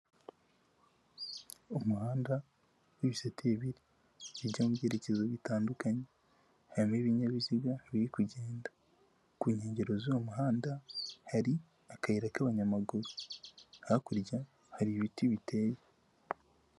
Umuhanda w'ibisate bibiri bijya mu byerekezo bitandukanye. Harimo ibinyabiziga biri kugenda. Ku nkengero z'uwo muhanda hari akayira k'abanyamaguru. Hakurya hari ibiti biteye.